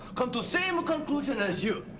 come to same conclusion as you.